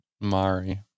Mari